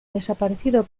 desaparecido